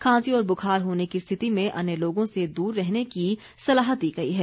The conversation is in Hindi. खांसी और बुखार होने की स्थिति में अन्य लोगों से दूर रहने की सलाह दी गई है